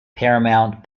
paramount